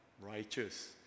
righteous